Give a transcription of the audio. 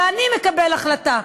ואני מקבל החלטה.